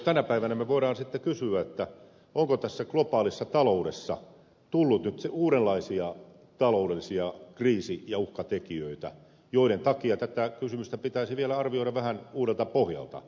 tänä päivänä me voimme sitten kysyä onko tässä globaalissa ta loudessa tullut nyt uudenlaisia taloudellisia kriisi ja uhkatekijöitä joiden takia tätä kysymystä pitäisi vielä arvioida vähän uudelta pohjalta